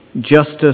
justice